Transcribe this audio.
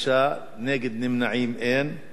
אנחנו